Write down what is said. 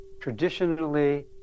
traditionally